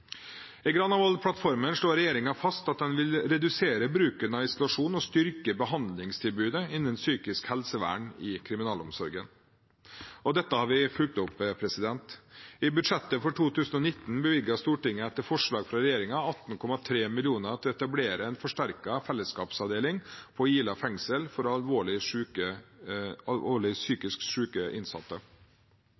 I Granavolden-plattformen slår regjeringen fast at den vil redusere bruken av isolasjon og styrke behandlingstilbudet innen psykisk helsevern i kriminalomsorgen. Dette har vi fulgt opp. I budsjettet for 2019 bevilget Stortinget etter forslag fra regjeringen 18,3 mill. kr til å etablere en forsterket fellesskapsavdeling på Ila fengsel for alvorlig